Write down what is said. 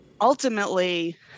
ultimately